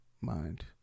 mind